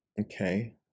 Okay